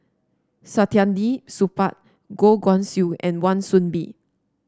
Saktiandi Supaat Goh Guan Siew and Wan Soon Bee